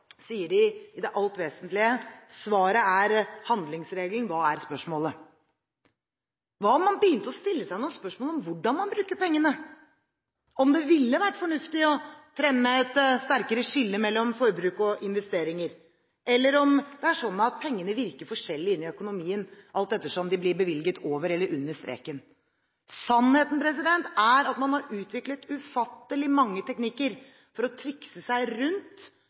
sier de i det alt vesentlige: Svaret er handlingsregelen, hva er spørsmålet? Hva om man begynte å stille seg noen spørsmål om hvordan man bruker pengene, om det ville vært fornuftig å fremme et sterkere skille mellom forbruk og investeringer, eller om det er sånn at pengene virker forskjellig inn i økonomien alt etter som de blir bevilget over eller under streken. Sannheten er at man har utviklet ufattelig mange teknikker for å trikse seg rundt